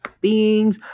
beings